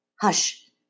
Hush